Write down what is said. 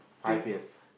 five years